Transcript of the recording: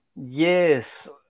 yes